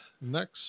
Next